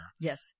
Yes